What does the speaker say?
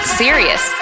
serious